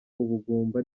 ubugumba